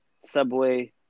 Subway